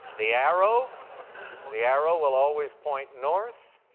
the arrow the arrow will always point north,